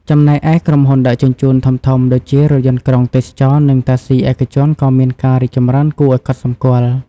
ចំណែកឯ ក្រុមហ៊ុនដឹកជញ្ជូន ធំៗដូចជារថយន្តក្រុងទេសចរណ៍ និងតាក់ស៊ីឯកជនក៏មានការរីកចម្រើនគួរឲ្យកត់សម្គាល់។